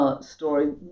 Story